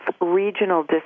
regional